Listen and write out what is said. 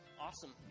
Awesome